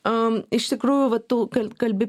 iš tikrųjų vat tu kalbi